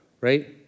right